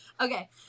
Okay